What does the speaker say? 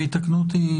ויתקנו אותי,